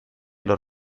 los